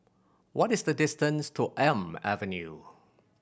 what is the distance to Elm Avenue